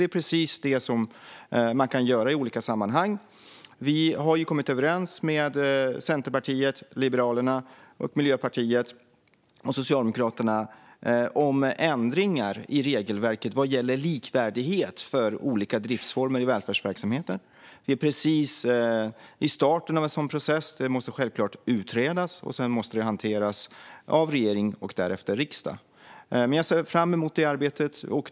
Det är precis det man kan göra i olika sammanhang. Centerpartiet, Liberalerna, Miljöpartiet och Socialdemokraterna har kommit överens om ändringar i regelverket vad gäller likvärdighet för olika driftsformer i välfärdsverksamheter. Vi är precis i starten av en sådan process. Det måste självklart utredas. Sedan måste det hanteras av regeringen och därefter riksdagen. Jag ser fram emot det arbetet.